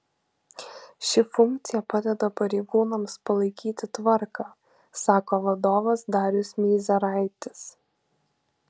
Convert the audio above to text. ši funkcija padeda pareigūnams palaikyti tvarką sako vadovas darius meizeraitis